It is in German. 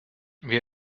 wir